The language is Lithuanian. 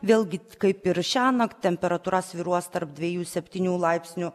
vėlgi kaip ir šiąnakt temperatūra svyruos tarp dvejų septynių laipsnių